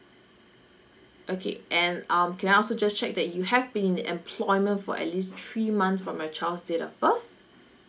okay and um can I also just check that you have been in employment for at least three months from your child's date of birth